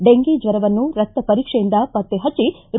dengue ಜ್ವರವನ್ನು ರಕ್ತ ಪರೀಕ್ಷೆಯಿಂದ ಪಕ್ತ ಪಜ್ಞ